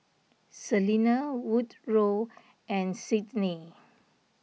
Selena Woodroe and Sydnee